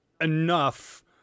enough